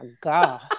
god